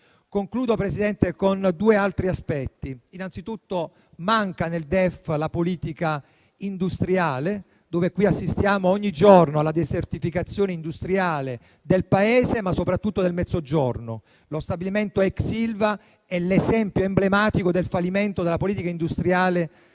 Transizione 4.0. Vi sono altri aspetti: innanzi tutto, manca nel DEF la politica industriale, nel momento in cui qui assistiamo ogni giorno alla desertificazione industriale del Paese, ma soprattutto del Mezzogiorno. Lo stabilimento ex Ilva è l'esempio emblematico del fallimento della politica industriale